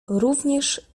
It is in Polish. również